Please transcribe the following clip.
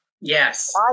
Yes